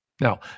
Now